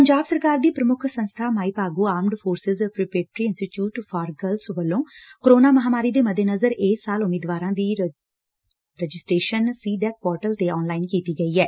ਪੰਜਾਬ ਸਰਕਾਰ ਦੀ ਪੁਮੁੱਖ ਸੰਸਬਾ Mai Bhago armed forces preparatory institute for girls ਵੱਲੋਂ ਕੋਰੋਨਾ ਮਹਾਮਾਰੀ ਦੇ ਮੱਦੇਨਜ਼ਰ ਇਸ ਸਾਲ ਉਮੀਦਵਾਰਾਂ ਦੀ ਰਜਿਟ੍ਟੇਸ਼ਨ ਸੀ ਡੈਕ ਪੋਰਟਲ ਤ ਆਨਲਾਈਨ ਕੀਤੀ ਗਈ ਐ